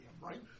right